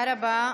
תודה רבה,